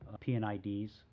PNIDs